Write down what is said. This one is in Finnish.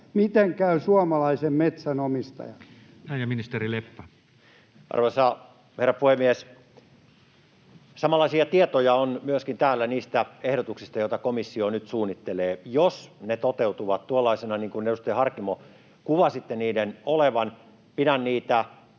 Miten käy suomalaisen metsänomistajan? Näin. — Ja ministeri Leppä. Arvoisa herra puhemies! Samanlaisia tietoja on myöskin täällä niistä ehdotuksista, joita komissio nyt suunnittelee. Jos ne toteutuvat tuollaisina, niin kuin, edustaja Harkimo, kuvasitte niiden olevan, pidän niitä